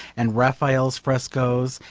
and raphael's frescoes,